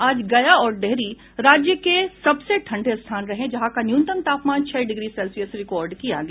आज गया और डेहरी राज्य के सबसे ठंडे स्थान रहें जहां का न्यूनतम तापमान छह डिग्री सेल्सियस रिकॉर्ड किया गया